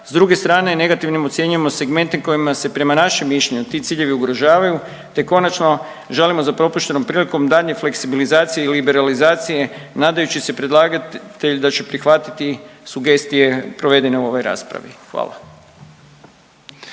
S druge strane negativnim ocjenjujemo segmente kojima se prema našem mišljenju ti ciljevi ugrožavaju te konačno žalimo za propuštenom prilikom daljnje fleksibilizacije i liberalizacije nadajući se predlagatelj da će prihvatiti sugestije provedene u ovoj raspravi. Hvala.